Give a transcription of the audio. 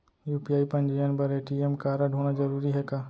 UPI पंजीयन बर ATM कारडहोना जरूरी हे का?